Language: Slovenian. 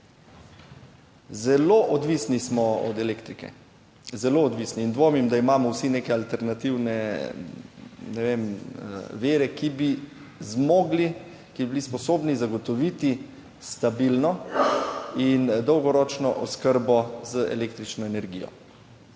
Zelo odvisni smo od elektrike, zelo odvisni in dvomim, da imamo vsi neke alternativne, ne vem, vire, ki bi zmogli, ki bi bili sposobni zagotoviti stabilno in dolgoročno oskrbo z električno energijo.